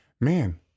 man